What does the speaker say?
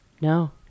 no